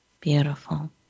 Beautiful